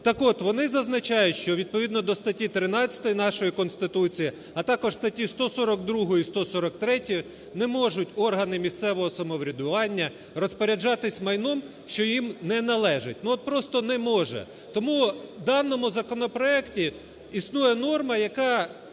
Так от, вони зазначають, що відповідно до статті 13 нашої Конституції, а також статті 142 і 143-ї не можуть органи місцевого самоврядування розпоряджатись майном, що їм не належить. Ну, от, просто не може. Тому в даному законопроекті існує норма, яка,